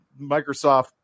Microsoft